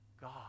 God